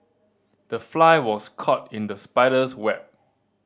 the fly was caught in the spider's web